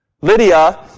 Lydia